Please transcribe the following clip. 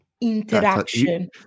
interaction